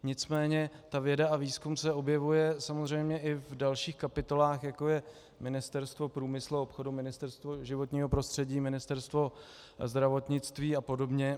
Nicméně ta věda a výzkum se objevuje samozřejmě i v dalších kapitolách, jako je Ministerstvo průmyslu a obchodu, Ministerstvo životního prostředí, Ministerstvo zdravotnictví apod.